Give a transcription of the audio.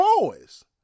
boys